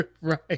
right